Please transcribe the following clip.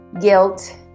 guilt